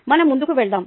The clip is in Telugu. మనం ముందుకు వెళ్దాం